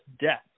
death